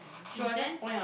intense